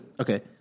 Okay